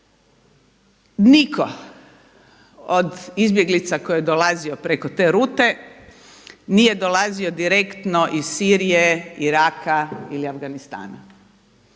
nitko od izbjeglica koji je dolazio preko te rute nije dolazio direktno iz Sirije, Iraka ili Afganistana.